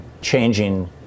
changing